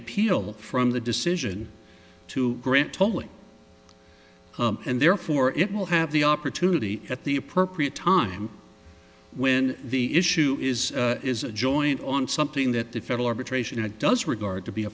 appeal from the decision to grant tolling and therefore it will have the opportunity at the appropriate time when the issue is is a joint on something that the federal arbitration a does regard to be a